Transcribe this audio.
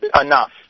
enough